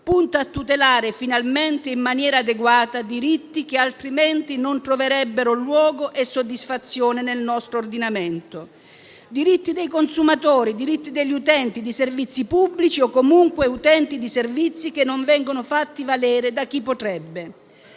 Punta a tutelare finalmente in maniera adeguata diritti che altrimenti non troverebbero luogo e soddisfazione nel nostro ordinamento; diritti dei consumatori, diritti degli utenti di servizi pubblici o comunque utenti di servizi che non vengono fatti valere da chi potrebbe.